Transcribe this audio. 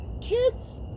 Kids